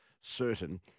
certain